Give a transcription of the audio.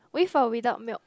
with or without milk